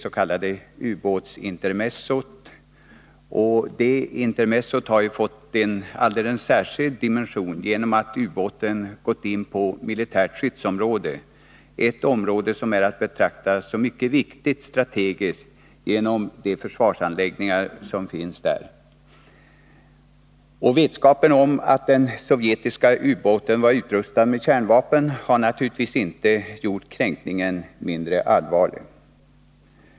Interpellationen föranleddes direkt av det s.k. ubåtsintermezzot, som fått en särskild dimension, eftersom ubåten gått in på militärt skyddsområde, ett område som är att betrakta som strategiskt mycket viktigt med tanke på de försvarsanläggningar som finns där. Vetskapen om att den sovjetiska ubåten var utrustad med kärnvapen har naturligtvis inte gjort kränkningen mindre allvarlig.